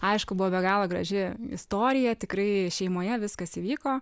aišku buvo be galo graži istorija tikrai šeimoje viskas įvyko